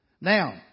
Now